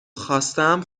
خواستم